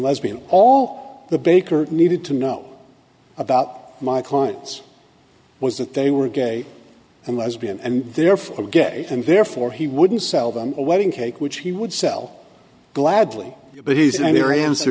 lesbian all the baker needed to know about my clients was that they were gay and lesbian and therefore a gay and therefore he wouldn't sell them a wedding cake which he would sell gladly but he's not her answer